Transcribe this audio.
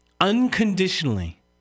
unconditionally